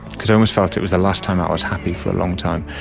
because i almost felt it was the last time i was happy for a long time.